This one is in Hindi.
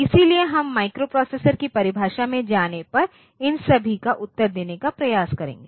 इसलिए हम माइक्रोप्रोसेसर की परिभाषा में जाने पर इन सभी का उत्तर देने का प्रयास करेंगे